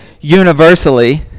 universally